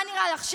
מה נראה לך,